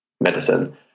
Medicine